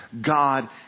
God